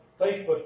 Facebook